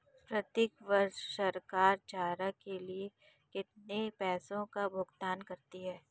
प्रत्येक वर्ष सरकार चारा के लिए कितने पैसों का भुगतान करती है?